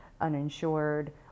uninsured